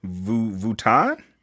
Vuitton